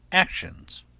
actions.